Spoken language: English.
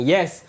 Yes